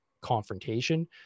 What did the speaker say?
confrontation